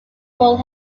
rule